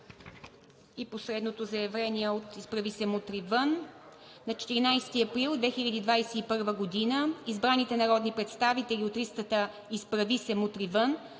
Последното заявление е от „Изправи се! Мутри вън!“: „На 14 април 2021 г. избраните народни представители от листата на „Изправи се! Мутри вън!“